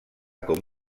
com